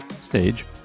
stage